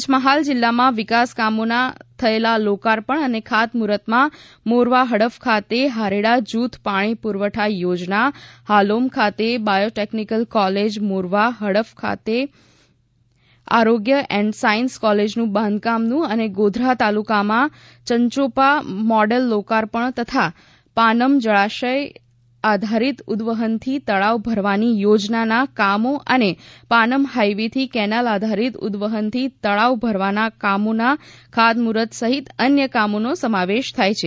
પંચમહાલ જિલ્લામાં વિકાસ કામોના થયેલા લોકાર્પણ અને ખાતમુહૂર્તમાં મોરવા હડફ ખાતે હારેડા જૂથ પાણી પૂરવઠા યોજના હાલોમ ખાતે બાયોટેકનીકલ કોલેજ મોરવા હડફ ખાતે આરોગ્ય એન્ડ સાયન્સ કોલેજનું બાંધકામનું અને ગોધરા તાલુકામાં યંચોપા મોડેલ લોકાર્પણ તથા પાનમ જ ળાશય આધારીત ઉદવહનથી તળાવ ભરવાની યોજનાનાં કામો અને પાનમં હાઈવેથી કેનાલ આધારીત ઉદવહનથી તળાવ ભરવાનાં કામોનાં ખાતમુર્ફત સહિત અન્ય કામોનો સમાવેશ થાય છે